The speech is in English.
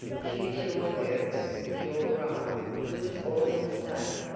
she assured her it would be all right was all a mistake,